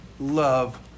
Love